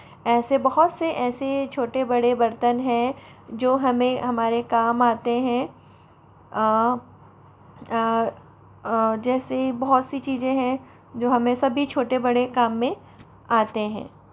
ऐसे बहुत से ऐसे छोटे बड़े बर्तन हैं जो हमें हमारे काम आते हैं जैसे बहुत सी चीज़ें हैं जो हमें सभी छोटे बड़े काम में आते हैं